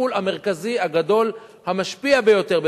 הטיפול המרכזי הגדול והמשפיע ביותר על